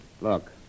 Look